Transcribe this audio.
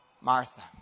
Martha